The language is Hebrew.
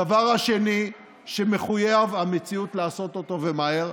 הדבר השני שמחויב המציאות לעשות אותו, ומהר,